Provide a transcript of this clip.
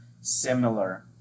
similar